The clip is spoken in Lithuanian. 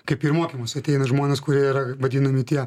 kaip ir mokymus ateina žmonės kurie yra vadinami tie